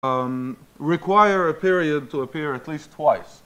צריך לפעמים שזה יפה לפעמים שתי פעמים.